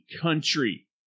country